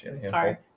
sorry